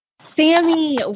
Sammy